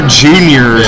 junior